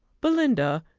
belinda,